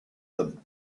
them